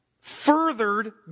furthered